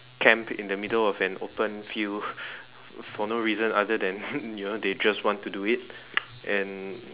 camp in the middle of an open field for no reason other than you know they just want to do it and